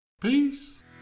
peace